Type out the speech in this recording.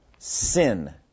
Sin